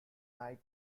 mike